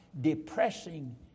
depressing